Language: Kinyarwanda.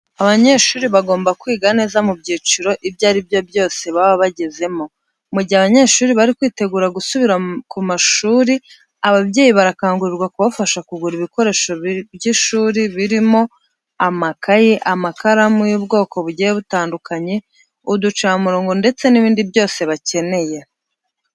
Abanyeshuri bagomba kwiga neza mu byiciro ibyo ari byo byose baba bagezemo. Mu gihe abanyeshuri bari kwitegura gusubira ku mashuri ababyeyi barakangurirwa kubafasha kugura ibikoresho by'ishuri birimo amakayi, amakaramu y'ubwoko bugiye butandukanye, uducamurongo ndetse n'ibindi byose bakeneye.